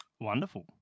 Wonderful